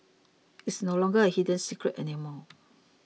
it's no longer a hidden secret anymore